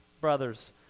brothers